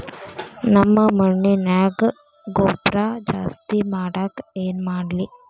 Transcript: ನಮ್ಮ ಮಣ್ಣಿನ್ಯಾಗ ಗೊಬ್ರಾ ಜಾಸ್ತಿ ಮಾಡಾಕ ಏನ್ ಮಾಡ್ಲಿ?